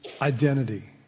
identity